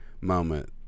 moment